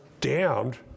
damned